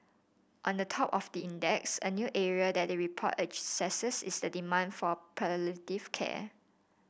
on the top of the index a new area that the report assesses is the demand for palliative care